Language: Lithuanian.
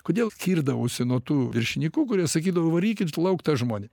kodėl kirdavausi nuo tų viršininkų kurie sakydavo varykit lauk tą žmogų